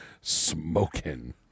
smoking